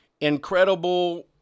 incredible